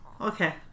Okay